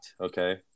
okay